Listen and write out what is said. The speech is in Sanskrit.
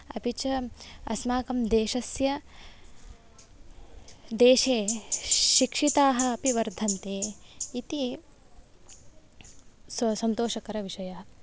अपि च अस्माकं देशस्य देशे शिक्षिताः अपि वर्धन्ते इति सन्तोषकरविषयः